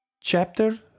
Chapter